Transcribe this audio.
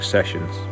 Sessions